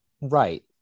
Right